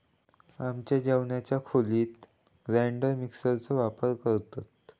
आमच्या जेवणाच्या खोलीत ग्राइंडर मिक्सर चो वापर करतत